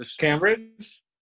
Cambridge